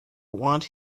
want